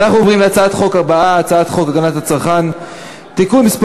אנחנו עוברים להצעת החוק הבאה: הצעת חוק הגנת הצרכן (תיקון מס'